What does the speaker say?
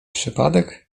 przypadek